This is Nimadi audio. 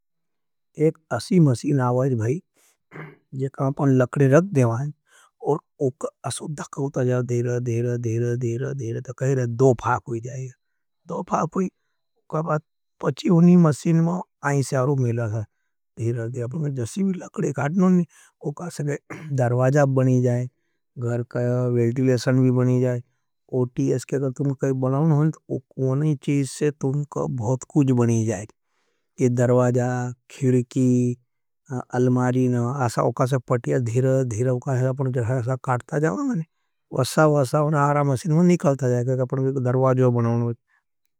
सराप के एक अशी बोटल थे, जोके आप अगर उन्हां काटा वाला चम्मस थे खुलने जाएगा, पर उकामें बहुत परेसानी आवाग है। और एक चीज़ सराप के बोटल के लिए एक ओपनर आवाग है। अपने बाटल के लिए एक ओपनर आवाग नहीं है, पर दुलने को भी अपने का डर नहीं रही थो, और सही साथ वो को धक्कन खुली जाएगा। क्यों, जोके आपका स्वागत है काटा वाला चम्मस थे खुलने जाएगा, पर बहुत परेसानी आवाग है।